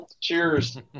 Cheers